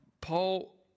Paul